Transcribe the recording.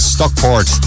Stockport